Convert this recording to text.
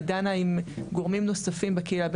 היא דנה עם גורמים נוספים בקהילה,